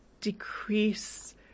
decrease